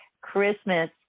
Christmas